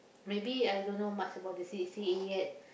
maybe I don't know much about the C_C_A yet